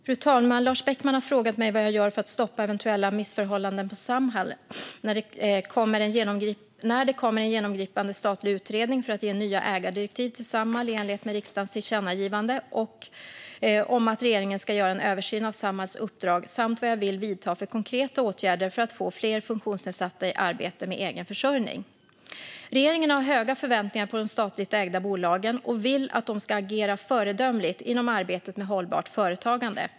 Fru talman! Lars Beckman har frågat mig vad jag gör för att stoppa eventuella missförhållanden på Samhall. Han har också frågat när det kommer en genomgripande statlig utredning för att ge nya ägardirektiv till Samhall i enlighet med riksdagens tillkännagivande om att regeringen ska göra en översyn av Samhalls uppdrag samt vad jag vill vidta för konkreta åtgärder för att få fler funktionsnedsatta i arbete med egen försörjning. Regeringen har höga förväntningar på de statligt ägda bolagen och vill att de ska agera föredömligt inom arbetet med hållbart företagande.